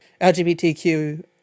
LGBTQ